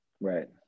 right